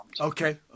Okay